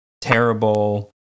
terrible